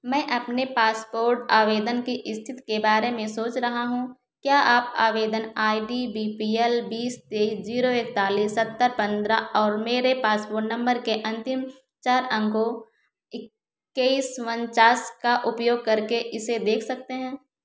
मैं अपने पासपोर्ट आवेदन की स्थिति के बारे में सोच रहा हूँ क्या आप आवेदन I D B P L बीस तै जीरो एकतालीस सत्तर पन्द्रह और मेरे पासपोर्ट नम्बर के अंतिम चार अंकों इक्कीस उनचास का उपयोग करके इसे देख सकते हैं